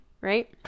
right